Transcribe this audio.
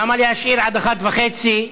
למה להשאיר עד 01:30?